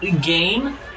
game